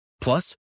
Plus